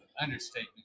Understatement